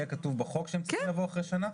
יהיה כתוב בחוק שהם צריכים לבוא אחרי שנה?